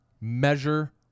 measure